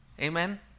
Amen